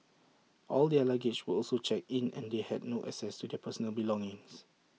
all their luggage were also checked in and they had no access to their personal belongings